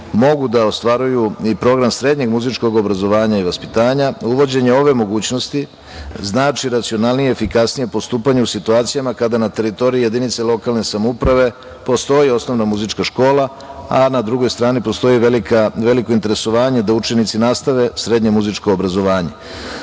mogu da ostvaruju i program srednjeg muzičkog obrazovanja i vaspitanja. Uvođenje ove mogućnosti znači racionalnije, efikasnije postupanje u situacijama kada na teritoriji jedinice lokalne samouprave postoji osnovna muzička škola, a na drugoj strani postoji i veliko interesovanje da učenici nastave srednje muzičko obrazovanje.S